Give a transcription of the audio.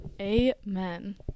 Amen